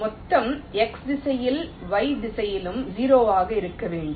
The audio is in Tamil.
மொத்தம் x திசையிலும் y திசையிலும் 0 ஆக இருக்க வேண்டும்